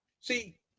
See